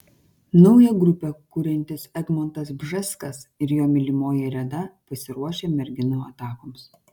naują grupę kuriantis egmontas bžeskas ir jo mylimoji reda pasiruošę merginų atakoms